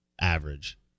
average